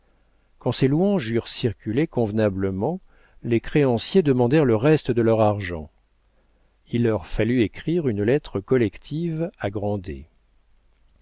quand ces louanges eurent circulé convenablement les créanciers demandèrent le reste de leur argent il leur fallut écrire une lettre collective à